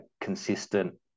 consistent